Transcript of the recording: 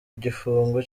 igifungo